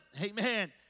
Amen